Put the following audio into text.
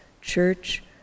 church